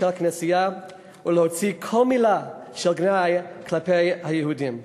של הכנסייה ולהוציא כל מילה של גנאי כלפי היהודים.